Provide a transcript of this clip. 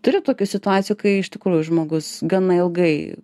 turi tokių situacijų kai iš tikrųjų žmogus gana ilgai